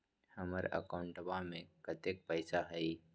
हमार अकाउंटवा में कतेइक पैसा हई?